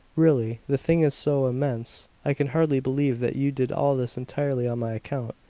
really the thing is so immense i can hardly believe that you did all this entirely on my account.